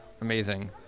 Amazing